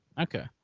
Okay